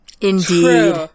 Indeed